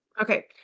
Okay